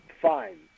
fine